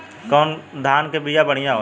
कौन धान के बिया बढ़ियां होला?